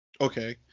Okay